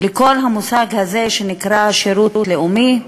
כל המושג הזה שנקרא שירות לאומי.